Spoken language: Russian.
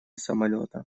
самолета